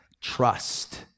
Trust